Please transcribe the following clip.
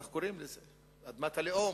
כך קוראים לזה, אדמת הלאום.